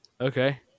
okay